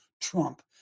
Trump